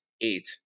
eight